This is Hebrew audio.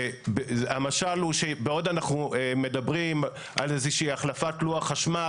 והמשל הוא שבעוד אנחנו מדברים על איזה שהיא החלפת לוח חשמל,